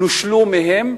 הם נושלו מהן,